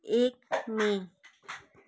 एक मई